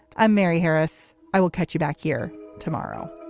i'm mary harris. i will catch you back here tomorrow